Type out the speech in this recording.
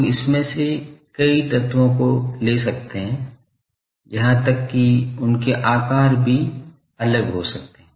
लोग इसमें से कई तत्वों को ले सकते हैं यहां तक कि उनके आकार भी भिन्न हो सकते हैं